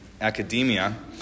academia